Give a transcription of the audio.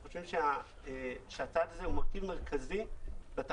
אנחנו חושבים שהצעד הזה הוא מרכיב מרכזי בתחרות.